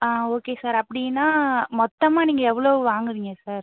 ஆ okay sir அப்படின்னா மொத்தமாக நீங்கள் எவ்வளோ வாங்குவீங்க சார்